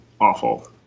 Awful